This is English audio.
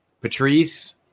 Patrice